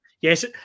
Yes